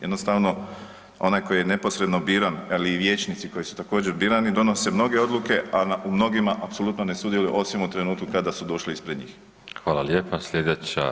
Jednostavno onaj koji je neposredno biran, ali i vijećnici koji su također birani, donose mnoge odluke, a u mnogima apsolutno ne sudjeluju osim u trenutku kada su došli ispred njih.